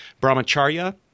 Brahmacharya